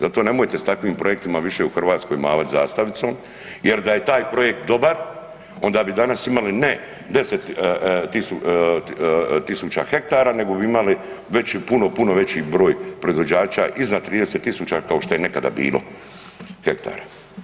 Zato nemojte s takvim projektima više u Hrvatskoj mahati zastavicom jer da je taj projekt dobar, onda bi danas imali ne 10 000 ha nego bi imali već puno, puno veći broj proizvođača iznad 30 000 kao što je nekada bilo hektara.